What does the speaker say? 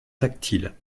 tactile